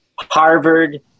Harvard